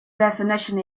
definition